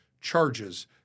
charges